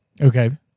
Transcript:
Okay